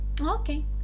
Okay